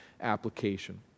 application